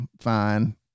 fine